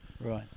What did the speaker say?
right